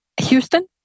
Houston